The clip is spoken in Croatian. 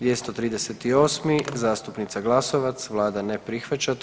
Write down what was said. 238. zastupnica Glasovac, Vlada ne prihvaća.